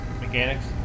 mechanics